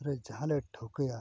ᱨᱮ ᱡᱟᱦᱟᱸ ᱞᱮ ᱴᱷᱟᱹᱣᱠᱟᱹᱭᱟ